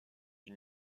une